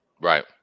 Right